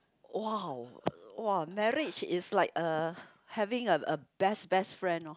!wow! !wow! marriage is like a having a best best friend lor